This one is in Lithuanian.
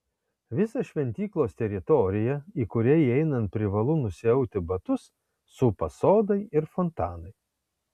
visą šventyklos teritoriją į kurią įeinant privalu nusiauti batus supa sodai ir fontanai